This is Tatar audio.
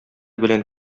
белән